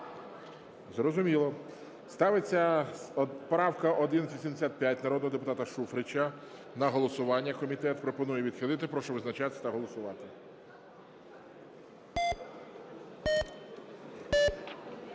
Зрозуміло. Ставиться правка 1185, народного депутата Шуфрича на голосування. Комітет пропонує відхилити. Прошу визначатися та голосувати.